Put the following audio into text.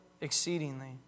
exceedingly